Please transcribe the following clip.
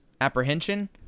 apprehension